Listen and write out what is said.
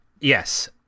yes